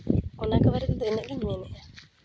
ᱚᱱᱟ ᱠᱚ ᱵᱟᱨᱮ ᱛᱮᱫᱚ ᱤᱱᱟᱹᱜ ᱜᱮᱧ ᱢᱮᱱᱮᱜᱼᱟ